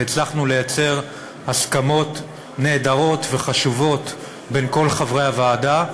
והצלחנו לייצר הסכמות נהדרות וחשובות בין כל חברי הוועדה.